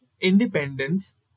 independence